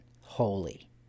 holy